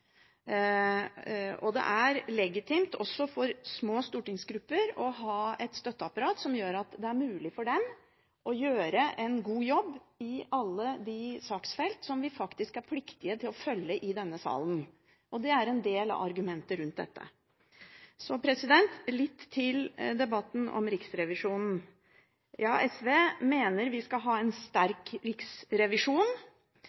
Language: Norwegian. Det er legitimt også for små stortingsgrupper å ha et støtteapparat som gjør at det er mulig for dem å gjøre en god jobb på alle de saksfeltene de faktisk er pliktige til å følge i denne salen. Det er en del av argumentene rundt dette. Så til debatten om Riksrevisjonen. SV mener at vi skal ha en